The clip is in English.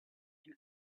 and